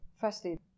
firstly